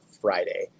Friday